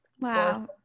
Wow